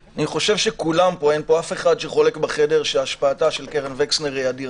אף אחד בחדר לא חולק על כך שהשפעתה של קרן וקסנר היא אדירה.